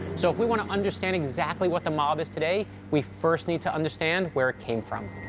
so if we want to understand exactly what the mob is today, we first need to understand where it came from.